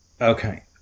Okay